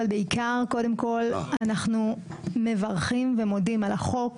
אבל בעיקר קודם כל אנחנו מברכים ומודים על החוק.